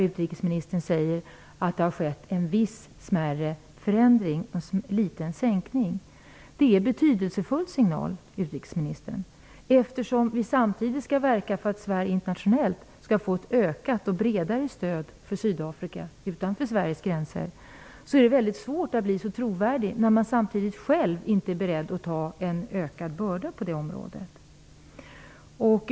Utrikesministern säger att det har skett en viss smärre förändring -- en liten sänkning -- i det svenska biståndet. Det är en betydelsefull signal, utrikesministern! Det är väldigt svårt att vara trovärdig i arbetet för att Sydafrika skall få ett ökat och bredare stöd internationellt när man samtidigt själv inte är beredd att ta en ökad börda på detta område.